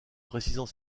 précisant